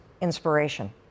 inspiration